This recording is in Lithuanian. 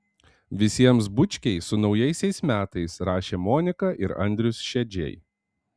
visiems bučkiai su naujaisiais metais rašė monika ir andrius šedžiai